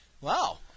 Wow